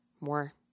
more